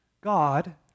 God